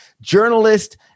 journalist